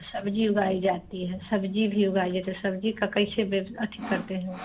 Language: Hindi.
सब्ज़ी उगाई जाती है सब्ज़ी भी उगाइए जो सब्ज़ी का कैसे बोए अथी करते हैं